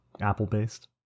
apple-based